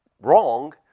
wrong